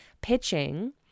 pitching